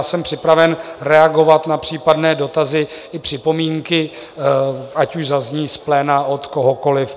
Jsem připraven reagovat na případné dotazy i připomínky, ať už zazní z pléna od kohokoli.